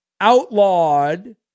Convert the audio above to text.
outlawed